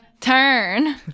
turn